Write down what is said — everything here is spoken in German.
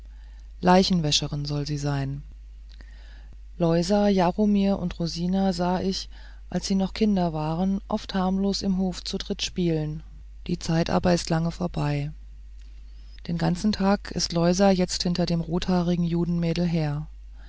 leichenwäscherin soll sie sein loisa jaromir und rosina sah ich als sie noch kinder waren oft harmlos im hof zu dritt spielen die zeit aber ist lang vorbei den ganzen tag ist loisa jetzt hinter dem rothaarigen judenmädel her